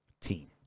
team